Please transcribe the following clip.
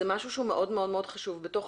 זה משהו שהוא מאוד מאוד חשוב בתוך